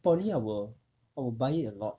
poly I'll I'll buy it a lot